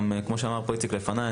גם כמו שאמר פה איציק לפניי,